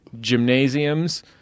gymnasiums